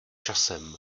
časem